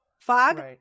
Fog